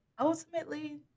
ultimately